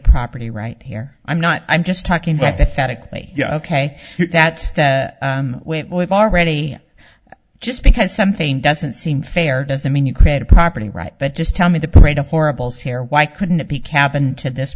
property right here i'm not i'm just talking about the phatic ok that's the way it was already just because something doesn't seem fair doesn't mean you create a property right but just tell me the parade of horribles here why couldn't it be cabin to this